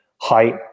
height